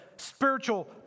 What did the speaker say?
spiritual